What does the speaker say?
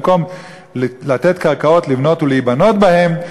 במקום לתת קרקעות לבנות ולהיבנות בהן,